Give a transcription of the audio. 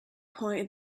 point